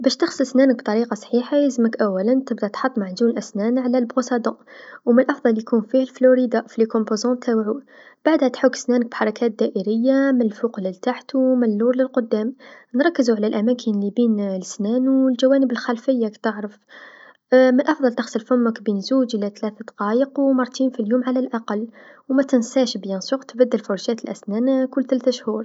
باش تغسل اسنانك بطريقه صحيحه لازملك أولا تحط معجون الأسنان على الفرشاة و من الأفضل يكون فيه فلوريدا في المكونات تاوعو بعدها تحط اسنانك بحركات دائريه مالقوق للتحت و ماللور للقدام، نركزو على الأماكن لبيت لسنان و الجوانب الخلفيه راك تعرف من الأفضل تغسل فمك بين زوج لثلاث دقايق و مرتين في اليوم على الأقل و متنساس أكيد تبدل الفراشاة كل ثلث أشهر.